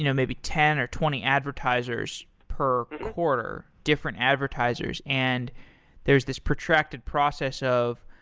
you know maybe, ten or twenty advertisers per quarter, different advertisers, and there's this protracted process of,